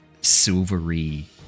silvery